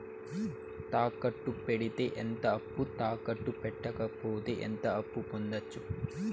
తాకట్టు పెడితే ఎంత అప్పు, తాకట్టు పెట్టకపోతే ఎంత అప్పు పొందొచ్చు?